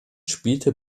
spielte